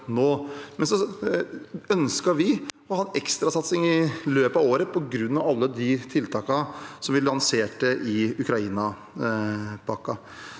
Så ønsket vi å ha en ekstrasatsing i løpet av året på grunn av alle de tiltakene vi lanserte i Ukraina-pakken.